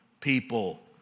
people